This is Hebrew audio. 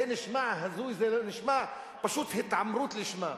זה נשמע הזוי, זה פשוט התעמרות לשמה.